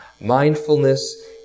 Mindfulness